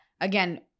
again